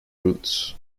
roots